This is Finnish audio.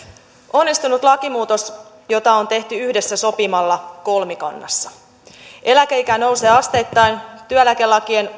onnistunut lakimuutos jota on tehty yhdessä sopimalla kolmikannassa eläkeikä nousee asteittain työeläkelakien